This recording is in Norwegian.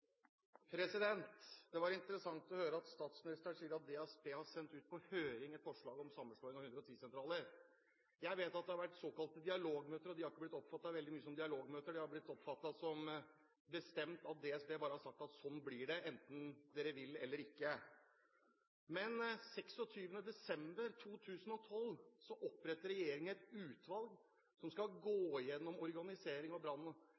var interessant å høre at statsministeren sier at DSB har sendt ut på høring et forslag om sammenslåing av 110-sentraler. Jeg vet at det har vært såkalte dialogmøter. De har ikke blitt oppfattet veldig mye som dialogmøter, de har blitt oppfattet som at DSB har bestemt og bare sagt at sånn blir det, enten dere vil eller ikke. Men 26. desember 2012 opprettet regjeringen et utvalg som skal gå gjennom organiseringen av brann-